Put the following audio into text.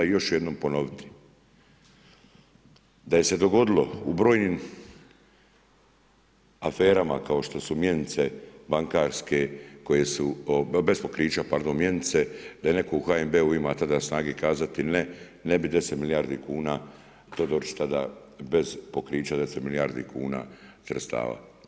I još ću jednom ponoviti, da se dogodilo u brojnim aferama kao što su mjenice bankarske koje su bez pokrića, pardon mjenice, da netko u HNB-u ima tada snage kazati ne, ne bih 10 milijardi kuna Todorić tada bez pokrića 10 milijardi kuna sredstava.